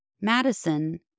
Madison